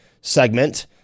segment